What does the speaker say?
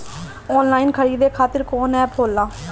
Online खरीदे खातीर कौन एप होला?